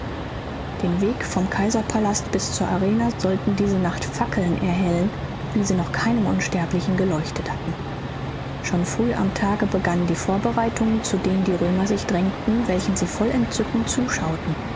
den weg vom kaiserpalast bis zur arena sollten diese nacht fackeln erhellen wie sie noch keinem unsterblichen geleuchtet hatten schon früh am tage begannen die vorbereitungen zu denen die römer sich drängten welchen sie voll entzücken zuschauten